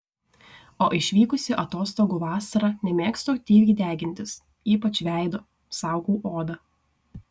o išvykusi atostogų vasarą nemėgstu aktyviai degintis ypač veido saugau odą